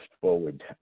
forward